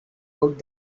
out